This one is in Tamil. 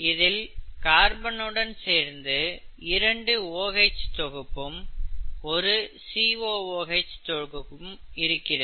இதில் கார்பன் உடன் சேர்ந்து இரண்டு OH தொகுப்பும் ஒரு COOH தொகுப்பும் இருக்கிறது